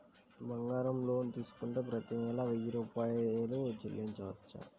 బంగారం లోన్ తీసుకుంటే ప్రతి నెల వెయ్యి రూపాయలు చెల్లించవచ్చా?